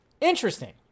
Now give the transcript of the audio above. Interesting